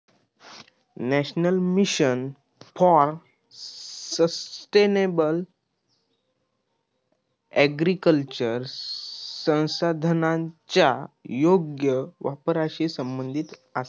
national mission for sustainable agriculture संसाधनांच्या योग्य वापराशी संबंधित आसा